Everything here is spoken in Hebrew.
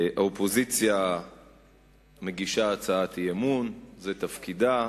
האופוזיציה מגישה הצעת אי-אמון, זה תפקידה,